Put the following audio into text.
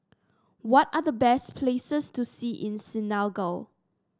what are the best places to see in Senegal